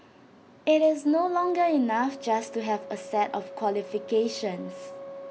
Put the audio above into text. as Singaporeans through and through I believe in the power of food